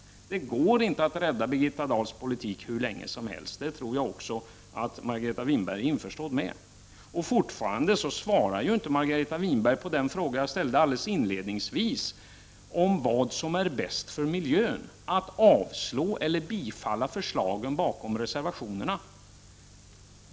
Det går inte att rädda Birgitta Dahls politik hur länge som helst. Det tror jag att Margareta Winberg också inser. Fortfarande svarar hon inte på den fråga jag ställde inledningsvis om vad som är bäst för miljön, att avslå eller bifalla förslagen bakom reservationerna.